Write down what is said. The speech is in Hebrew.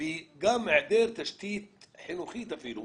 וגם היעדר תשתית חינוכית אפילו,